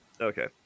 Okay